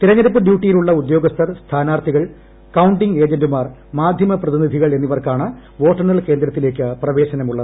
തെരഞ്ഞെടുപ്പ് ഡ്യൂട്ടിയ്ക്കുള്ള ഉദ്യോഗസ്ഥർ സ്ഥാനാർത്ഥികൾ കൌണ്ടിംഗ് ഏജന്റുമാർ മാധ്യമ പ്രതിനിധികൾ എന്നിവർക്കാണ് വോട്ടെണ്ണൽ കേന്ദ്രത്തിലേക്ക് പ്രവേശനമുള്ളത്